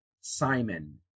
Simon